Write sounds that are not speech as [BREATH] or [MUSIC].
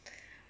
[BREATH]